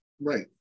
Right